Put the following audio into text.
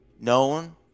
known